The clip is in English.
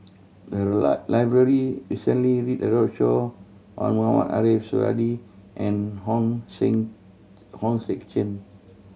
the lie library recently did a roadshow on Mohamed Ariff Suradi and hong sing Hong Sek Chern